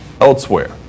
elsewhere